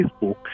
Facebook